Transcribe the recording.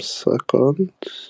seconds